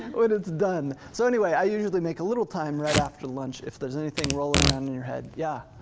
when it's done, so anyway, i usually make a little time right after lunch if there's anything rolling around in your head, yeah?